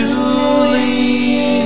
Julie